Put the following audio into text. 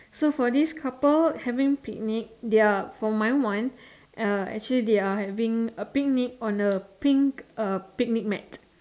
so for this couple having picnic they're for my one uh actually they're having a picnic on a pink uh picnic mat